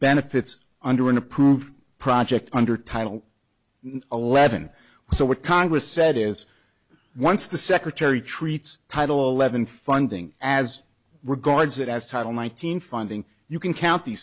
benefits under an approved project under title eleven so what congress said is once the secretary treats title eleven funding as regards it as title nineteen funding you can count the